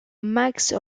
max